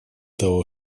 того